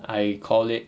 I call it